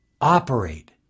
operate